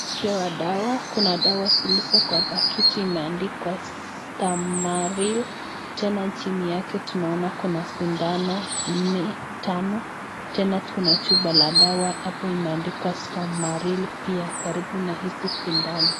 Tumepewa dawa. Kuna dawa zilizo kwa pakiti imeandikwa Stamaril tena chini yake tunaona kuna sindano ime tena kuna chupa la dawa imeandikwa stamaril pia karibu na hizi sindano.